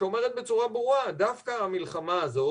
שאומרת בצורה ברורה שדווקא המלחמה הזאת,